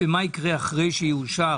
ומה יקרה אחרי שיאושר